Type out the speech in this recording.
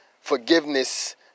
forgiveness